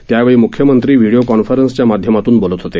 त्यावेळी मुख्यमंत्री व्हिडिओ कॉन्फरन्सच्या माध्यमातून बोलत होते